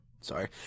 Sorry